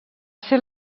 ser